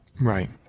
Right